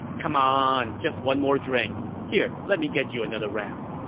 c'mon, just one more drink. here let me get you another round.